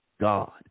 God